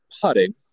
putting